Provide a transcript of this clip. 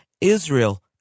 Israel